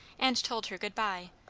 and told her good-by,